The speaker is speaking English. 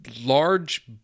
large